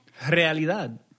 Realidad